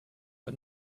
for